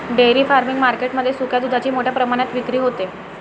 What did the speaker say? dairy farming market मध्ये सुक्या दुधाची मोठ्या प्रमाणात विक्री होते